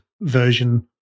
version